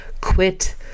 quit